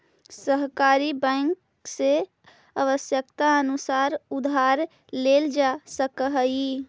सहकारी बैंक से आवश्यकतानुसार उधार लेल जा सकऽ हइ